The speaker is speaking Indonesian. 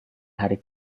hari